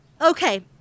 Okay